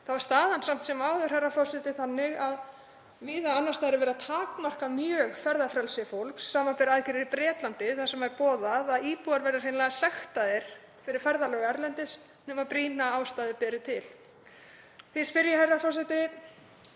er staðan samt sem áður þannig að víða annars staðar er verið að takmarka mjög ferðafrelsi fólks, samanber aðgerðir í Bretlandi þar sem er boðað að íbúar verði hreinlega sektaðir fyrir ferðalög erlendis nema brýna ástæðu beri til. Því spyr ég, herra forseti: